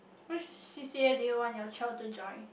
which C_C_A do you want your child to join